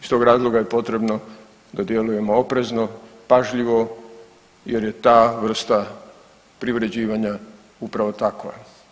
Iz tog razloga je potrebno da djelujemo oprezno, pažljivo jer je ta vrsta privređivanja upravo takva.